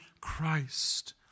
Christ